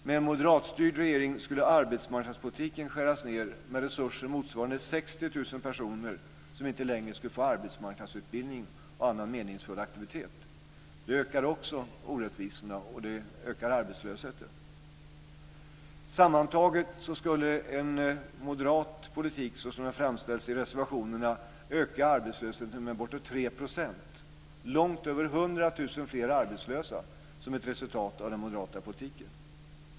Med en moderatstyrd regering skulle arbetsmarknadspolitiken skäras ned med resurser motsvarande 60 000 personer som inte längre skulle få arbetsmarknadsutbildning och annan meningsfull aktivitet. Det ökar också orättvisorna, och det ökar arbetslösheten. Sammantaget skulle en moderat politik såsom den framställs i reservationerna öka arbetslösheten med bortåt 3 %. Det skulle innebära långt över 100 000 fler arbetslösa som ett resultat av den moderata politiken.